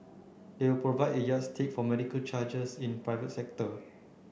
they will provide a yardstick for medical charges in the private sector